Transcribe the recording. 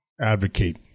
advocate